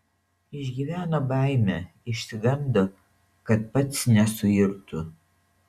išgyveno baimę išsigando kad pats nesuirtų